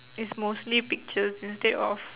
is mostly pictures instead of